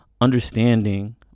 understanding